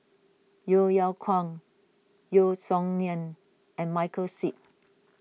Yeo Yeow Kwang Yeo Song Nian and Michael Seet